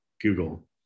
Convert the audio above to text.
Google